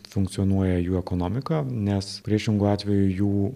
funkcionuoja jų ekonomika nes priešingu atveju jų